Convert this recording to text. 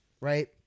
right